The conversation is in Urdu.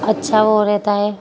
اچھا وہ رہتا ہے